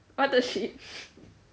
what the shit